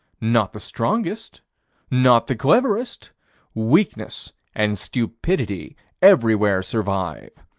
not the strongest not the cleverest weakness and stupidity everywhere survive.